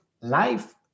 life